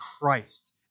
Christ